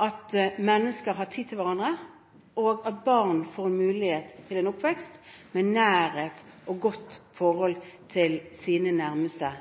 at mennesker har tid til hverandre, og at barn får en mulighet til en oppvekst med nærhet og et godt forhold til sine nærmeste